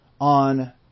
on